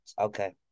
Okay